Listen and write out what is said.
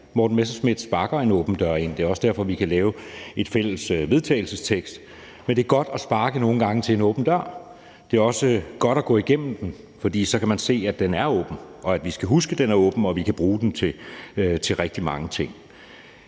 Morten Messerschmidt sparker en åben dør ind. Det er også derfor, vi kan lave en fælles vedtagelsestekst. Men det er nogle gange godt at sparke til en åben dør. Det er også godt at gå igennem den, for så kan man se, at den er åben, og at vi skal huske, at den er åben, og at vi kan bruge den til rigtig mange ting.